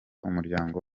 umuryango